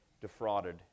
defrauded